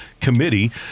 Committee